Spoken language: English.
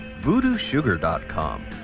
VoodooSugar.com